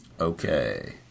Okay